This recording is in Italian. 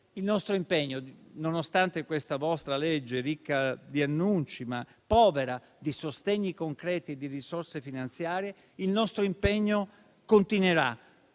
Il nostro impegno, nonostante questa vostra legge ricca di annunci, ma povera di sostegni concreti e di risorse finanziarie, continuerà